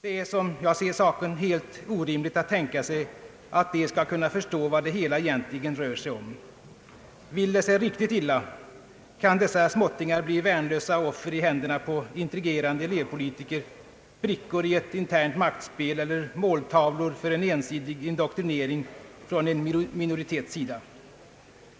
Det är, som jag ser saken, helt orimligt att tänka sig att de skall kunna förstå vad det hela egentligen rör sig om. Vill det sig riktigt illa kan dessa småttingar bli värnlösa offer i händerna på intrigerande elevpolitiker, brickor i ett internt maktspel eller måltavlor för en ensidig indoktrinering från en minoritet.